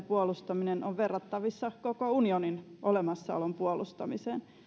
puolustaminen on verrattavissa koko unionin olemassaolon puolustamiseen